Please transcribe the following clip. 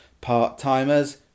part-timers